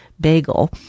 bagel